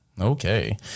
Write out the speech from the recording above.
Okay